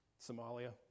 Somalia